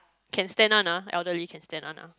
can stand one ah elderly can stand one ah